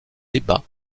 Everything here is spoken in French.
débat